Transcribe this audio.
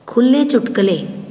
ਖੁੱਲੇ ਚੁਟਕੁਲੇ